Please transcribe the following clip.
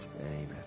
Amen